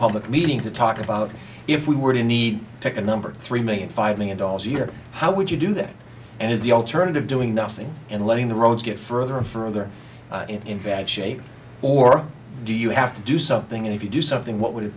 public meeting to talk about if we were to need to take a number of three million five million dollars a year how would you do that and is the alternative doing nothing and letting the roads get further and further in fact shape or do you have to do something and if you do something what would it